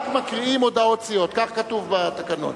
רק מקריאים הודעות סיעות, כך כתוב בתקנון.